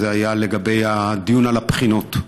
זה היה לגבי הדיון על הבחינות.